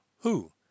Who